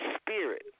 spirit